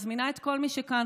אני מזמינה את כל מי שכאן,